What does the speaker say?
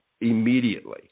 immediately